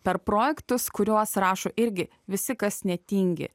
per projektus kuriuos rašo irgi visi kas netingi